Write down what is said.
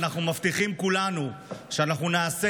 ואנחנו מבטיחים כולנו שאנחנו נעשה